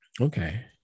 Okay